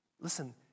Listen